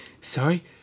sorry